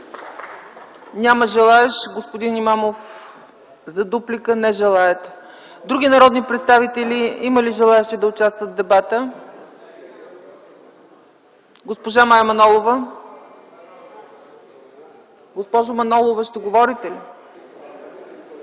Няма желаещ. Господин Имамов – за дуплика? Не желаете. Има ли други народни представители, желаещи да участват в дебата? Госпожа Мая Манолова. Госпожо Манолова, ще говорите ли?